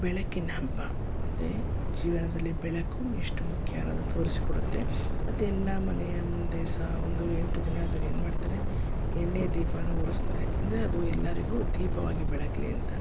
ಬೆಳಕಿನ ಹಬ್ಬ ಅಂದರೆ ಜೀವನದಲ್ಲಿ ಬೆಳಕು ಎಷ್ಟು ಮುಖ್ಯ ಅನ್ನೋದು ತೋರಿಸಿ ಕೊಡುತ್ತೆ ಅದೆಲ್ಲ ಮನೆಯ ಮುಂದೆ ಸಹ ಒಂದು ಎಂಟು ದಿನ ಅದನ್ನು ಏನು ಮಾಡ್ತಾರೆ ಎಣ್ಣೆ ದೀಪನ ಉರಿಸ್ತಾರೆ ಅಂದರೆ ಅದು ಎಲ್ಲರಿಗೂ ದೀಪವಾಗಿ ಬೆಳಗಲಿ ಅಂತ